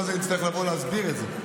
ואז אני אצטרך לבוא להסביר את זה.